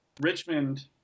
Richmond